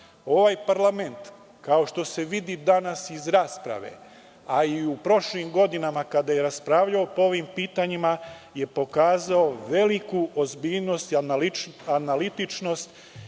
Ovaj parlament, kao što se vidi danas iz rasprave, a i u prošlim godinama, kada je raspravljao po ovim pitanjima, je pokazao veliku ozbiljnost i analitičnost